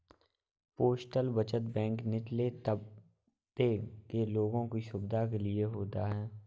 postal बचत bank निचले तबके के लोगों की सुविधा के लिए होता है